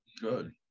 good